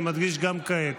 אני מדגיש גם כעת: